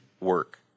work